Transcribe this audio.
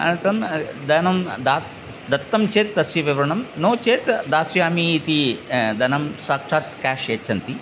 अनन्तरं धनं द दत्तं चेत् तस्य विवरणं नो चेत् दास्यामि इति धनं साक्षात् काश् यच्छन्ति